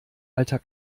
alter